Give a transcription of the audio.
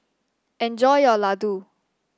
enjoy your Ladoo